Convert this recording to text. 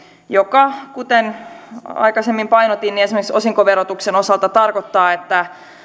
joka kuten aikaisemmin painotin esimerkiksi osinkoverotuksen osalta tarkoittaa että